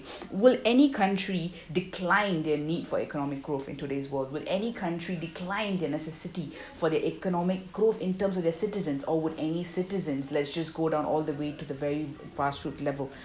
will any country decline their need for economic growth in today's world would any country decline their necessity for their economic growth in terms of their citizens or would any citizens let's just go down all the way to the very grassroots level